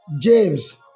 James